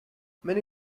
many